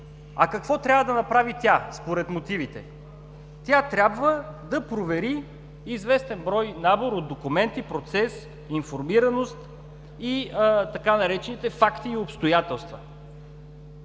А какво трябва да направи тя, според мотивите? Тя трябва да провери известен брой набор от документи, процес, информираност и така наречените „факти и обстоятелства“.